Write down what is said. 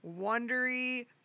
Wondery